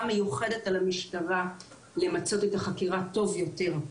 מיוחדת על המשטרה למצות את החקירה טוב יותר.